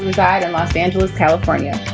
reside in los angeles, california.